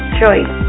choice